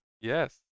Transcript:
Yes